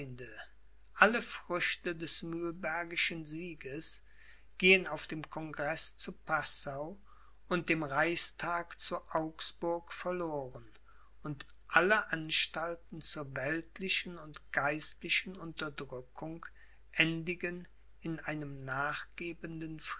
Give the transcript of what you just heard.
alle früchte des mühlbergischen sieges gehen auf dem congreß zu passau und dem reichstag zu augsburg verloren und alle anstalten zur weltlichen und geistlichen unterdrückung endigen in einem nachgebenden